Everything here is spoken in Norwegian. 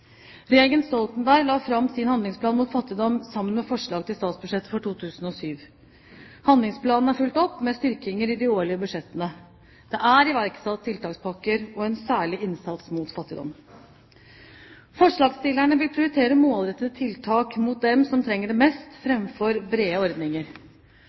Regjeringen Stoltenberg la fram sin handlingsplan mot fattigdom sammen med forslag til statsbudsjettet for 2007. Handlingsplanen er fulgt opp med styrkinger i de årlige budsjettene. Det er iverksatt tiltakspakker og en særlig innsats mot fattigdom. Forslagstillerne vil prioritere målrettede tiltak mot dem som trenger det mest,